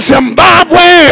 Zimbabwe